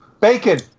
Bacon